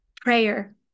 prayer